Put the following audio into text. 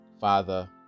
father